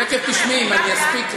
תכף תשמעי, אם אני רק אספיק.